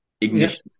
ignition